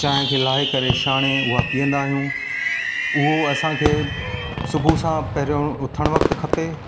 चांहि खे लाहे करे छाणे उहा पीअंदा आहियूं उहो असांखे सुबुह सां पहिरयों उथणु वक्तु खपे